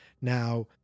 Now